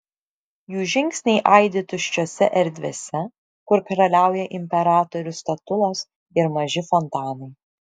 jų žingsniai aidi tuščiose erdvėse kur karaliauja imperatorių statulos ir maži fontanai